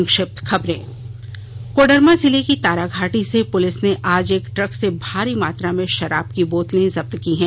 संक्षिप्त खबरें कोडरमा जिले की तारा घाटी से पुलिस ने आज एक ट्रक से भारी मात्रा में शराब की बोतलें जब्त की हैं